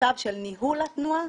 למצב של ניהול התנועה.